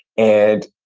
and